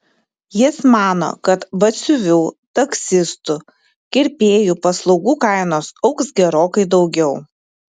jis mano kad batsiuvių taksistų kirpėjų paslaugų kainos augs gerokai daugiau